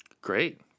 Great